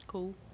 Cool